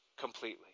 completely